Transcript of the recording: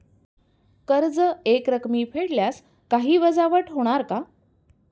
कर्ज एकरकमी फेडल्यास काही वजावट होणार का?